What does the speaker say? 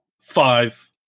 Five